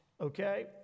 okay